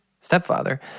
stepfather